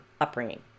upbringing